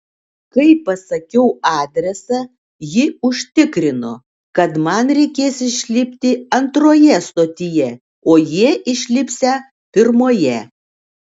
kai pasakiau adresą ji užtikrino kad man reikės išlipti antroje stotyje o jie išlipsią pirmoje